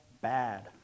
bad